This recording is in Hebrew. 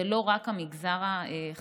זה לא רק המגזר החרדי,